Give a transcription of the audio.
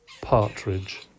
partridge